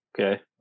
Okay